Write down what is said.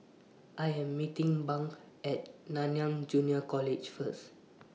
I Am meeting Bunk At Nanyang Junior College First